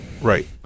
Right